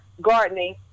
gardening